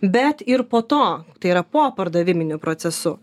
bet ir po to tai yra po pardaviminiu procesu